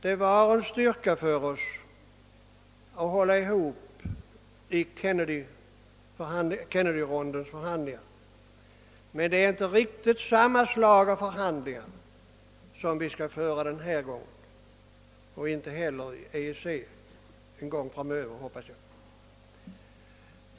Det var en styrka för oss att hålla ihop i Kennedyrondens förhandlingar. Men det är inte riktigt samma slag av förhandlingar vi skall föra denna gång och inte heller en gång framöver, som jag hoppas, med EEC.